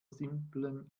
simplen